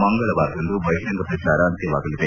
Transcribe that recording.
ಮಂಗಳವಾರದಂದು ಬಹಿರಂಗ ಪ್ರಚಾರ ಅಂತ್ಯವಾಗಲಿದೆ